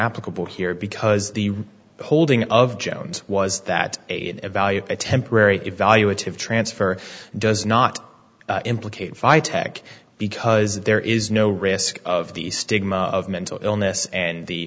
applicable here because the holding of jones was that a value a temporary evaluative transfer does not implicate fi tek because there is no risk of the stigma of mental illness and the